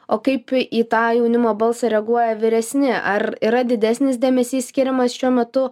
o kaip į tą jaunimo balsą reaguoja vyresni ar yra didesnis dėmesys skiriamas šiuo metu